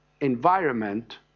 environment